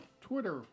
Twitter